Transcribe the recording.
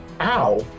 Ow